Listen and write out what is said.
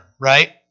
right